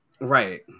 Right